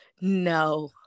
No